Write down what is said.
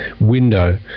window